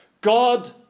God